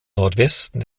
nordwesten